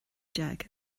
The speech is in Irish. déag